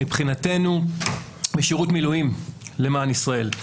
מבחינתנו משירות מילואים למען ישראל.